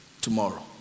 tomorrow